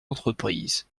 entreprises